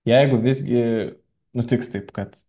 jeigu visgi nutiks taip kad